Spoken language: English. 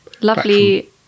lovely